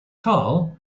karl